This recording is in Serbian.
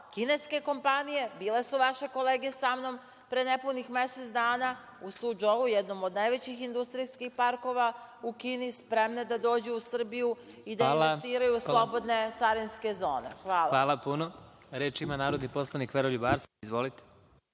Kineske kompanije, bile su vaše kolege samnom pre nepunih mesec dana u Sudžoou, jednom od najvećih industrija parkova u Kini, spremne da dođu u Srbiju i da investiraju slobodne carinske zone. Hvala. **Vladimir Marinković** Hvala puno. Reč ima narodni poslanik Veroljub Arsić. Izvolite.